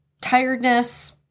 tiredness